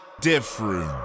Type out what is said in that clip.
different